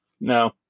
No